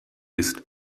ist